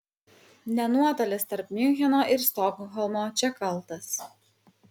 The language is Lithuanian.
ne nuotolis tarp miuncheno ir stokholmo čia kaltas